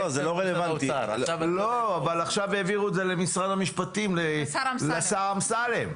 עכשיו העבירו את זה למשרד המשפטים לשר אמסלם.